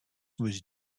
was